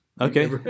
Okay